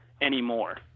anymore